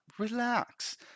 Relax